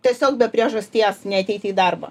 tiesiog be priežasties neateiti į darbą